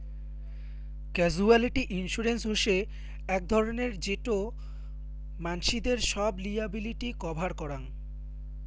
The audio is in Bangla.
ক্যাসুয়ালটি ইন্সুরেন্স হসে আক ধরণের যেটো মানসিদের সব লিয়াবিলিটি কভার করাং